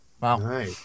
Wow